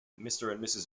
mrs